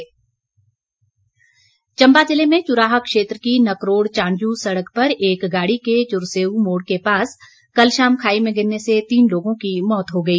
दुर्घटना चंबा ज़िले में चुराह क्षेत्र के नकरोड़ चांजू सड़क पर एक गाड़ी के चुरसेऊ मोड़ के पास कल शाम खाई में गिरने से तीन लोगों की मौत हो गई